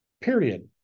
period